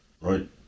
Right